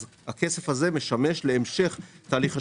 אז הכסף הזה משמש להמשך תהליך השיקום.